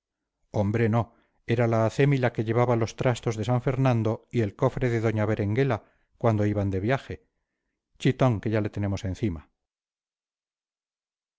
hombre no era la acémila que llevaba los trastos de san fernando y el cofre de doña berenguela cuando iban de viaje chitón que ya le tenemos encima